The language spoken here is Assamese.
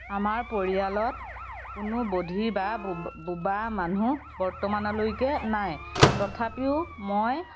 আমাৰ পৰিয়ালত কোনো বধিৰ বা বোবা মানুহ বৰ্তমানলৈকে নাই তথাপিও মই